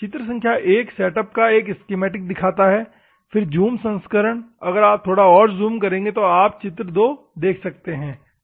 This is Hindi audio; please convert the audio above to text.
चित्र संख्या 1 सेटअप का एक स्कीमैटिक दिखाता है फिर ज़ूम संस्करण अगर आप थोड़ा और जूम करेंगे तो आप चित्र 2 देख सकते है ठीक है